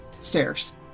stairs